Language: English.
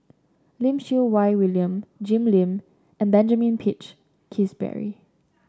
Lim Siew Wai William Jim Lim and Benjamin Peach Keasberry